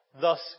Thus